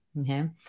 okay